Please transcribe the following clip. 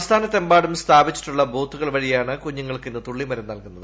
സംസ്ഥാനത്തെമ്പാടും സ്ഥാപിച്ചിട്ടുള്ള ബൂത്തുകൾ വഴിയാണ് കുഞ്ഞുങ്ങൾക്ക് ഇന്ന് തുള്ളിമരുന്ന് നൽകുന്നത്